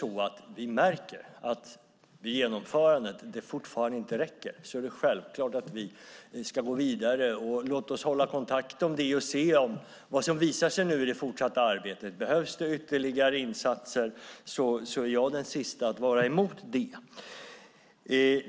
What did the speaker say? Om vi, vid genomförandet, märker att det inte räcker är det självklart att vi ska gå vidare. Låt oss hålla kontakt och se vad som visar sig i det fortsatta arbetet. Behövs det ytterligare insatser är jag den siste att vara emot det.